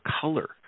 color